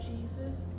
Jesus